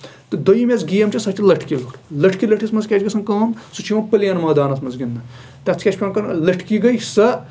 تہٕ دوٚیِم یۄس گیم چھےٚ سۄ چھےٚ لٔٹھۍ کہِ لوٚٹھ لٔٹھۍ کہِ لٔٹھِس منٛز کیاہ چھےٚ گژھان کٲم سُہ چھُ یِوان پِلین مٲدانَس منٛز گنٛدنہٕ تَتھ چھِ کیاہ چھُ پیوان کَرُن لٔٹھ کہِ گے سۄ